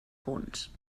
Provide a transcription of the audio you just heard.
punts